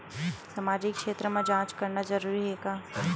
सामाजिक क्षेत्र म जांच करना जरूरी हे का?